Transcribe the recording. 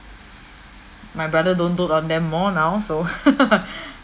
my brother don't dote on them more now so